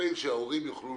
קמפיין שההורים יוכלו